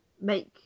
make